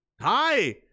Hi